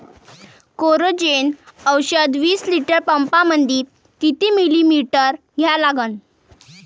Coragen औषध विस litre पंपामंदी किती मिलीमिटर घ्या लागन?